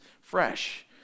fresh